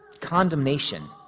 condemnation